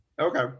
Okay